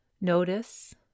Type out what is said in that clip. notice